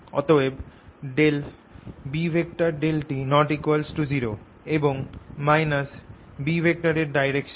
অতএব B∂t≠0 এবং B এই ডাইরেকশনে dBdt ও এই ডাইরেকশনে